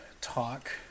talk